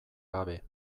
gabe